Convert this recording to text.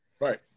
Right